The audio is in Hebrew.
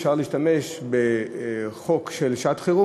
אפשר להשתמש בחוק של שעת-חירום,